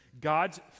god's